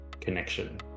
connection